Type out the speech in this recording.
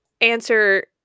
answer